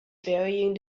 varying